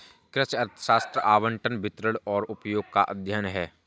कृषि अर्थशास्त्र आवंटन, वितरण और उपयोग का अध्ययन है